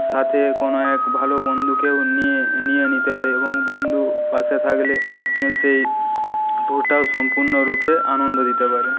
সাথে কোনো এক ভালো বন্ধুকেও নিয়ে নিয়ে নিতে হয় এবং বন্ধু পাশে থাকলে সেই ওটাও সম্পূর্ণ রূপে আনন্দ দিতে পারে